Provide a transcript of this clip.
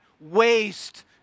waste